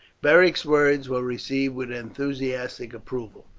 beric's words were received with enthusiastic approval.